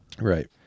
Right